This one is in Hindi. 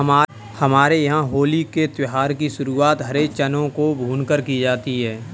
हमारे यहां होली के त्यौहार की शुरुआत हरे चनों को भूनकर की जाती है